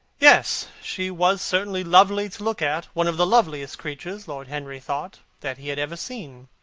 yes, she was certainly lovely to look at one of the loveliest creatures, lord henry thought, that he had ever seen.